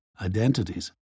identities